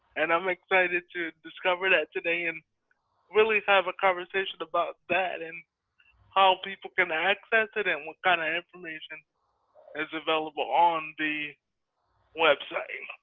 and i'm excited to discover that today and really have a conversation about that and how people can access it and what kind of information is available on the website.